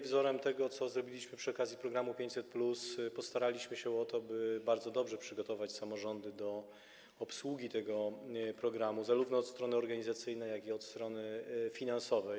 Wzorem tego, co zrobiliśmy przy okazji programu 500+, postaraliśmy się o to, aby bardzo dobrze przygotować samorządy do obsługi tego programu zarówno od strony organizacyjnej, jak i od strony finansowej.